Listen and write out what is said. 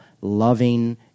loving